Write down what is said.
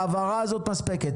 ההבהרה הזאת מספקת.